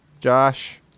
Josh